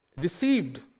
Deceived